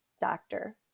doctor